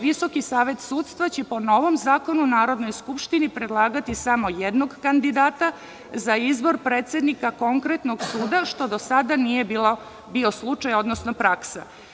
Visoki savet sudstva će po novom Zakonu o Narodnoj skupštini predlagati samo jednog kandidata za izbor predsednika konkretnog suda, što do sada nije bio slučaj odnosno praksa.